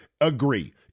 agree